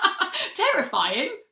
terrifying